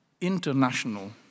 international